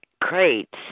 crates